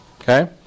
Okay